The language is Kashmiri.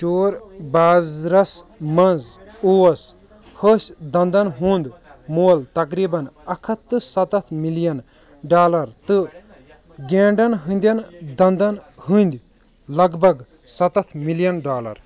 چور بازرس منٛز اوس ۂ سۍ دنٛدن ہُنٛد مۄل تقریٖبن اکھ ہَتھ تہٟ ستَتھ مِلیَن ڈالر تہٕ گینٛڈٕن ہٟنٛدیٚن دنٛدن ہٟنٛدۍ لگ بگ ستَتھ مِلیَن ڈالر